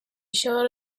showed